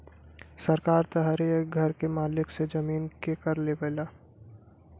सरकार त हरे एक घर के मालिक से जमीन के कर लेवला